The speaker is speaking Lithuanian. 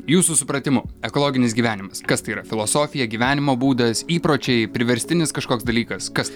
jūsų supratimu ekologinis gyvenimas kas tai yra filosofija gyvenimo būdas įpročiai priverstinis kažkoks dalykas kas